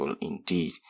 indeed